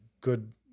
good